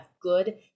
good